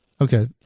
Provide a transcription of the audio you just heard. okay